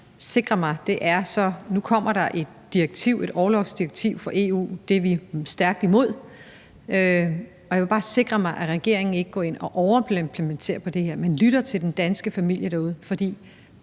sikre mig, er så i forhold til det orlovsdirektiv, der nu kommer fra EU – det er vi stærkt imod – og der vil jeg bare sikre mig, at regeringen ikke går ind og overimplementerer det, men lytter til den danske familie derude. For